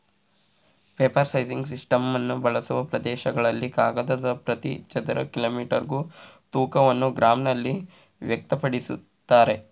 paper sizing system ಬಳಸುವ ಪ್ರದೇಶಗಳಲ್ಲಿ ಕಾಗದದ ಪ್ರತಿ ಚದರ ಮೀಟರ್ಗೆ ತೂಕವನ್ನು ಗ್ರಾಂನಲ್ಲಿ ವ್ಯಕ್ತಪಡಿಸ್ತಾರೆ